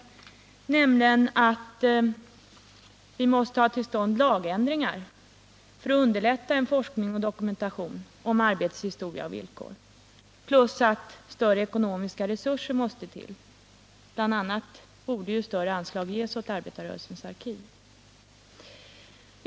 Vi måste få till stånd lagändringar för att underlätta forskning och dokumentation om arbetets historia och villkor, och större ekonomiska resurser måste till — bl.a. borde större anslag ges åt arbetarrörelsens arkiv.